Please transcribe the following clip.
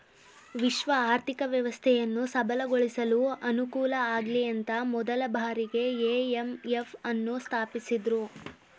ವಿಶ್ವ ಆರ್ಥಿಕ ವ್ಯವಸ್ಥೆಯನ್ನು ಸಬಲಗೊಳಿಸಲು ಅನುಕೂಲಆಗ್ಲಿಅಂತ ಮೊದಲ ಬಾರಿಗೆ ಐ.ಎಂ.ಎಫ್ ನ್ನು ಸ್ಥಾಪಿಸಿದ್ದ್ರು